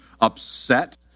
upset